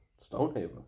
Stonehaven